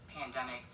pandemic